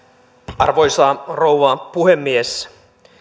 arvoisa rouva puhemies